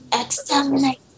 Exterminate